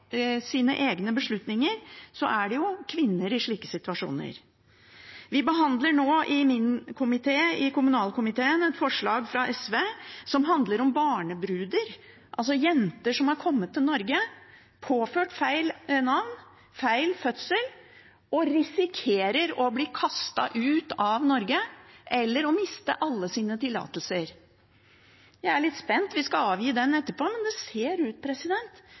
sine egne beslutninger, er det kvinner i slike situasjoner. Vi behandler nå i min komité, kommunalkomiteen, et forslag fra SV som handler om barnebruder, om jenter som er kommet til Norge, er påført feil navn og feil fødselsdato og risikerer å bli kastet ut av Norge eller å miste alle sine tillatelser. Jeg er litt spent. Vi skal avgi innstilling etterpå, men det ser ut